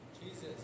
Jesus